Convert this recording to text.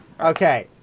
Okay